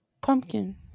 Pumpkin